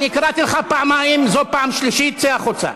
צא החוצה.